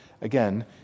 Again